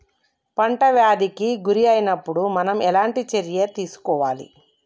పంట వ్యాధి కి గురి అయినపుడు మనం ఎలాంటి చర్య తీసుకోవాలి?